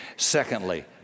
Secondly